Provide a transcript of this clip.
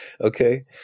Okay